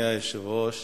אדוני היושב-ראש,